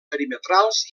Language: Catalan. perimetrals